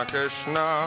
Krishna